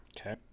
Okay